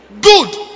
good